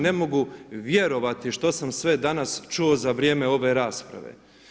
Ne mogu vjerovati što sam sve danas čuo za vrijeme ove rasprave.